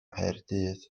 nghaerdydd